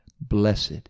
blessed